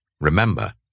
Remember